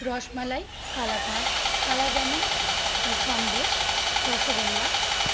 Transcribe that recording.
rasmalai kalakand kalajamun sandesh rasgulla